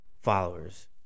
followers